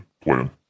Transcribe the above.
plan